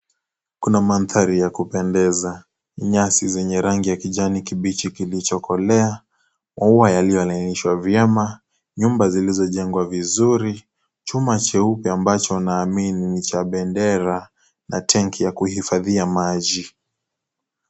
Kuna mandhari ya kupendeza, nyasi zenye rangi ya kijani kibichi kilichokolea, maua yaliyolainishwa vyema, nyumba zilizojengwa vizuri, chuma cheupe ambacho naamini ni cha bendera na tanki ya kuhifadhia maji.